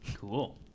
cool